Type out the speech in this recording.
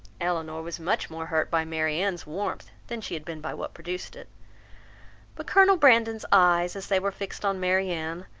elinor was much more hurt by marianne's warmth than she had been by what produced it but colonel brandon's eyes, as they were fixed on marianne,